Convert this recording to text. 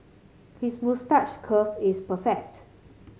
his moustache curl is perfect